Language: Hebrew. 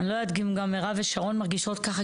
אני לא יודעת אם גם מירב ושרון מרגישות ככה,